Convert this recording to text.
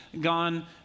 gone